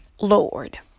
Lord